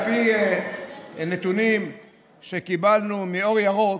על פי נתונים שקיבלנו מאור ירוק,